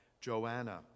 Joanna